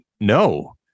No